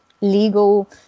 legal